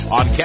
on